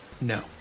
No